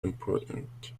important